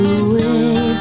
away